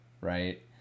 right